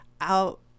out